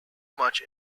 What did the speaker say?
much